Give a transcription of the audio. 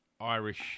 Irish